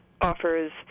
offers